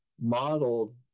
modeled